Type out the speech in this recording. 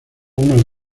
unos